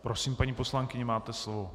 Prosím, paní poslankyně, máte slovo.